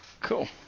Cool